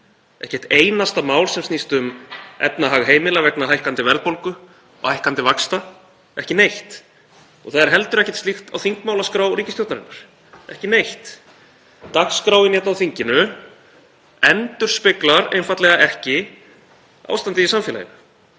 ekki eitt einasta mál sem snýst um efnahag heimila vegna hækkandi verðbólgu og hækkandi vaxta, ekki neitt. Það er heldur ekkert slíkt á þingmálaskrá ríkisstjórnarinnar, ekki neitt. Dagskráin hérna á þinginu endurspeglar einfaldlega ekki ástandið í samfélaginu